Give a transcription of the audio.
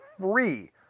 free